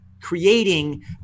creating